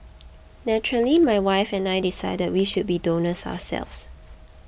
naturally my wife and I decided we should be donors ourselves